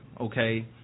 okay